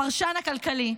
הפרשן הכלכלי,